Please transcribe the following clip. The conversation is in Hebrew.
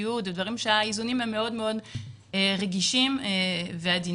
פרטיות ודברים שהאיזונים הם מאוד מאוד רגישים ועדינים.